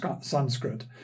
Sanskrit